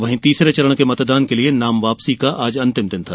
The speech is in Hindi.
वहीं तीसरे चरण के मतदान के लिए नाम वापसी का आज अंतिम दिन था